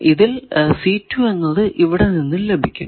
ഇതിൽ എന്നത് ഇവിടെ നിന്നും ലഭിക്കും